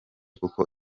kuko